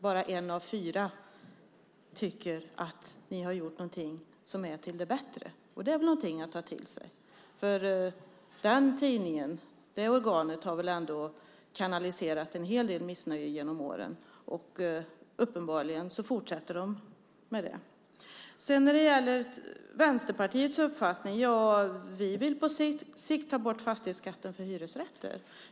Bara en av fyra tycker att ni har gjort någonting som är till det bättre. Det är väl någonting att ta till sig. Det organet har ändå kanaliserat en hel del missnöje genom åren, och uppenbarligen fortsätter man med det. När det gäller Vänsterpartiets uppfattning vill vi på sikt ta bort fastighetsskatten för hyresrätter.